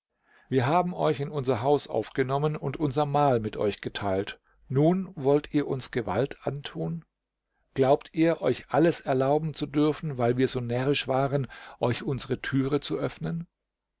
wir haben euch in unser haus aufgenommen und unser mahl mit euch geteilt nun wollt ihr uns gewalt antun glaubt ihr euch alles erlauben zu dürfen weil wir so närrisch waren euch unsere türe zu öffnen